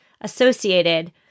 associated